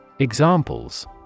Examples